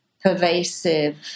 pervasive